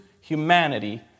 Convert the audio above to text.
humanity